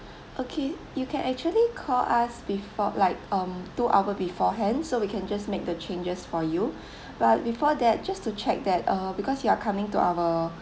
okay you can actually call us before like um two hour beforehand so we can just make the changes for you but before that just to check that uh because you are coming to our